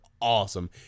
awesome